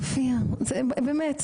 אופיר באמת.